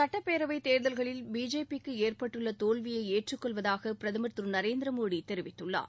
சட்டப்பேரவைத் தேர்தல்களில் பிஜேபிக்கு ஏற்பட்டுள்ள தோல்வியை ஏற்றுக் கொள்வதாக பிரதமர் திரு நரேந்திர மோடி தெரிவித்துள்ளார்